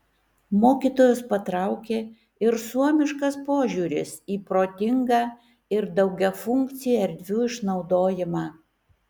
mokytojus patraukė ir suomiškas požiūris į protingą ir daugiafunkcį erdvių išnaudojimą